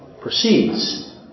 proceeds